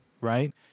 right